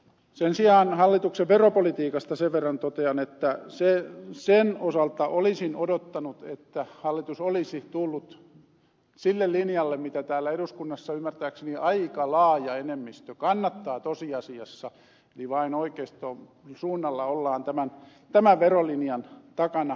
sen sijaan hallituksen veropolitiikasta sen verran totean että sen osalta olisin odottanut että hallitus olisi tullut sille linjalle mitä täällä eduskunnassa ymmärtääkseni aika laaja enemmistö kannattaa tosiasiassa eli vain oikeiston suunnalla ollaan tämän verolinjan takana